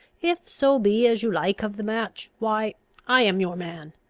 if so be as you like of the match, why i am your man.